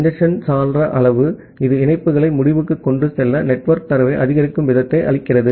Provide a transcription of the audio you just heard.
congestion சாளர அளவு இது இணைப்புகளை முடிவுக்கு கொண்டு செல்ல நெட்வொர்க் தரவை ஆதரிக்கும் வீதத்தை அளிக்கிறது